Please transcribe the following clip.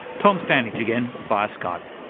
tom standage again, via skype.